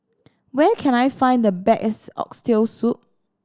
where can I find the best Oxtail Soup